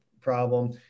problem